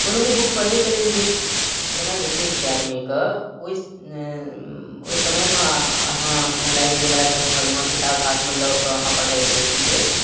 कोनो भी बुक पढ़ै के लेल जे समय भेटै छै आदमीके ओहि समयमे अहाँ लाइट जरा के घर मे किताब हाथ मे लऽ कऽ अहाँ पढ़ाइ करै छियै